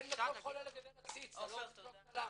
תן לכל חולה לגדל עציץ -- עופר, תודה.